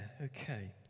okay